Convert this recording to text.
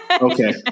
Okay